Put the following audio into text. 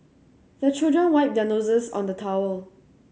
the children wipe their noses on the towel